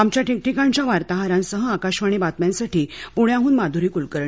आमच्या ठिकठिकाणच्या वार्ताहरांसह आकाशवाणी बातम्यांसाठी पुण्याहून माधुरी कुलकर्णी